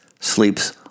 sleeps